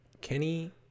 Kenny